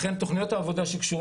לכן תוכניות העבודה ייבנו